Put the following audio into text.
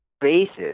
basis